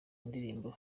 ndirimbo